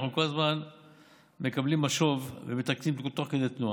אנחנו כל הזמן מקבלים משוב ומתקנים תוך כדי תנועה.